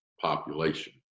population